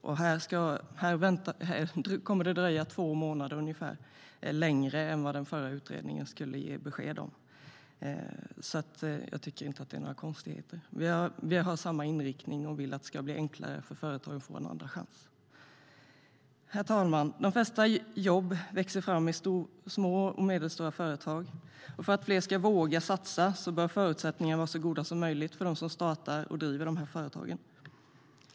Nu kommer det att dröja två månader extra innan den nya utredningen kommer med besked, så jag tycker inte att det är några konstigheter. Vi har samma inriktning och vill att det ska bli enklare för företag att få en andra chans.De flesta jobb växer fram i små och medelstora företag, och för att fler ska våga satsa bör förutsättningarna vara så goda som möjligt för dem som startar och driver dessa företag.